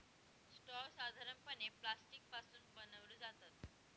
straw साधारणपणे plastic पासून बनवले जातात